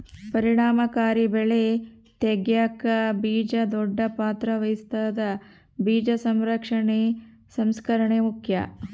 ಪರಿಣಾಮಕಾರಿ ಬೆಳೆ ತೆಗ್ಯಾಕ ಬೀಜ ದೊಡ್ಡ ಪಾತ್ರ ವಹಿಸ್ತದ ಬೀಜ ಸಂರಕ್ಷಣೆ ಸಂಸ್ಕರಣೆ ಮುಖ್ಯ